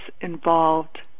involved